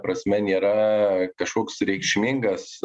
prasme nėra kažkoks reikšmingas